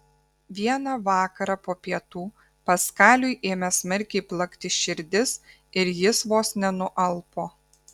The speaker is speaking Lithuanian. vieną vakarą po pietų paskaliui ėmė smarkiai plakti širdis ir jis vos nenualpo